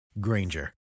Granger